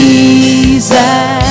Jesus